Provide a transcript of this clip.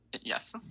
Yes